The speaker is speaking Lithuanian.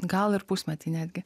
gal ir pusmetį netgi